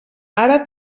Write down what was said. ara